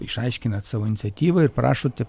išaiškinat savo iniciatyvą ir prašote